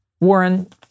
Warren